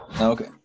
Okay